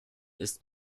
ist